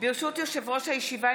ברשות יושב-ראש הישיבה,